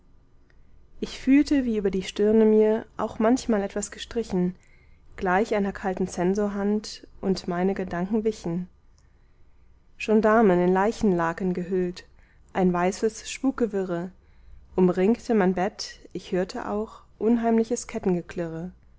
ich fühlte wie über die stirne mir auch manchmal etwas gestrichen gleich einer kalten zensorhand und meine gedanken wichen gendarmen in leichenlaken gehüllt ein weißes spukgewirre umringte mein bett ich hörte auch unheimliches